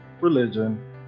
religion